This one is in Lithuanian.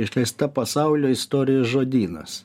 išleista pasaulio istorijo žodynas